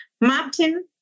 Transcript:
Martin